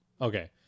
Okay